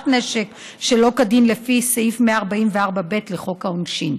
נשק שלא כדין לפי סעיף 144(א) ו-(ב) לחוק העונשין.